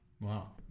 Wow